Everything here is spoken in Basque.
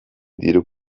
diru